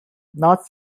not